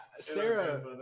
Sarah